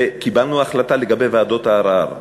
וקיבלנו החלטה לגבי ועדות הערר.